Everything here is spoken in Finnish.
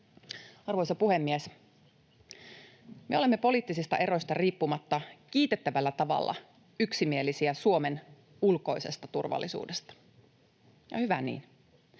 Arvoisa puhemies! Me olemme poliittisista eroista riippumatta kiitettävällä tavalla yksimielisiä Suomen ulkoisesta turvallisuudesta, ja hyvä niin.